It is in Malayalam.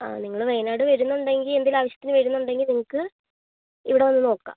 ആ നിങ്ങള് വയനാട് വരുന്നുണ്ടെങ്കിൽ എന്തേലും ആവശ്യത്തിന് വരുന്നുണ്ടെങ്കിൽ നിങ്ങക്ക് ഇവിടെ വന്ന് നോക്കാം